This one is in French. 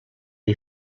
est